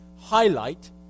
highlight